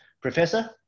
Professor